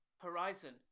horizon